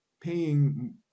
paying